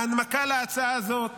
ההנמקה להצעה הזאת